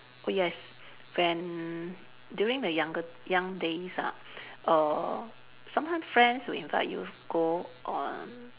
oh yes when during the younger young days ah err sometimes friends will invite you go on